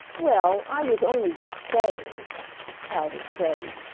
well, i was only just saying pouted freddie.